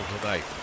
tonight